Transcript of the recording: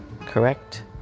Correct